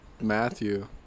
Matthew